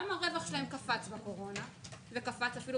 הרווח שלהם קפץ בקורונה וקפץ לחלקם אפילו